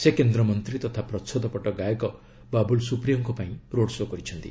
ସେ କେନ୍ଦ୍ରମନ୍ତ୍ରୀ ତଥା ପ୍ରଚ୍ଚଦପଟ୍ଟ ଗାୟକ ବାବୁଲ ସୁପ୍ରିୟୋଙ୍କ ପାଇଁ ରୋଡ୍ଶୋ କରିଛନ୍ତି